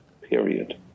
Period